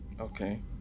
Okay